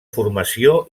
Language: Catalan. formació